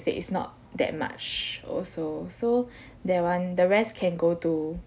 said it's not that much also so that one the rest can go to